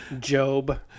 Job